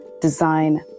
design